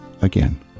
again